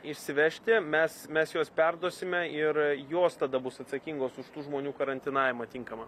išsivežti mes mes juos perduosime ir jos tada bus atsakingos už tų žmonių karantinavimą tinkamą